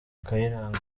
kayiranga